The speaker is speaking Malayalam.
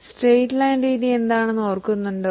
സ്ട്രെയ്റ്റ് ലൈൻ രീതി എന്താണെന്ന് ഓർക്കുന്നുണ്ടോ